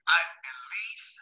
unbelief